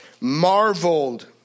marveled